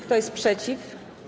Kto jest przeciw?